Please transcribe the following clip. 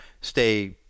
stay